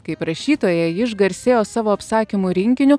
kaip rašytoja ji išgarsėjo savo apsakymų rinkiniu